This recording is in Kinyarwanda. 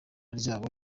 ryabo